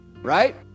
Right